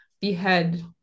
behead